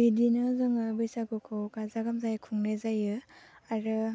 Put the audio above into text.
बिदिनो जोङो बैसागुखौ गाजा गोमजायै खुंनाय जायो आरो